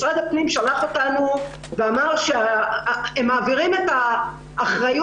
משרד הפנים שלח אותנו ואמר שהם מעבירים את האחריות,